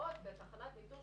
שעות בתחנת ניטור,